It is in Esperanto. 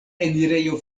enirejo